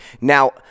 Now